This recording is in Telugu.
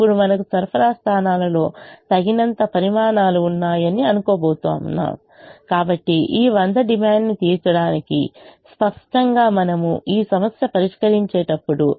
ఇప్పుడు మనకు సరఫరా స్థానాలలో తగినంత పరిమాణాలు ఉన్నాయని అనుకోబోతున్నాం కాబట్టి ఈ వంద డిమాండ్ను తీర్చడానికి స్పష్టంగా మనము ఈ సమస్య పరిష్కరించేటప్పుడు